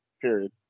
period